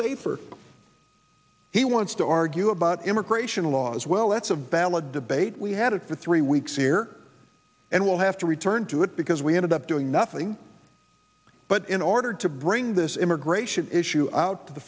safer he wants to argue about immigration laws well that's a valid debate we had it for three weeks here and will have to return to it because we ended up doing nothing but in order to bring this immigration issue out to the